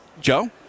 Joe